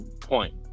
point